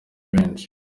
benshi